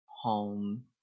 home